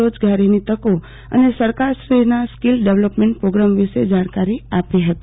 રોજગારીની તકો અને સરકારશ્રીના સ્કિલ ડેવલપમેન્ટપ્રોગ્રામ વિશે જાણકારી આપી હતી